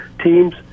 teams